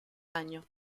año